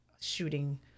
shooting